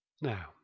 Now